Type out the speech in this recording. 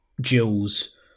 Jules